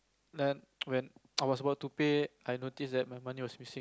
then when I was about to pay I noticed that my money was missing